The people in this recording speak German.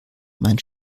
mein